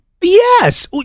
yes